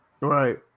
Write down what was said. Right